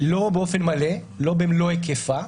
לא באופן מלא, לא במלוא היקפה,